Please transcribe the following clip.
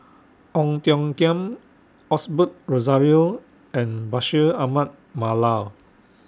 Ong Tiong Khiam Osbert Rozario and Bashir Ahmad Mallal